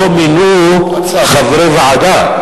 לא מינו חברי ועדה,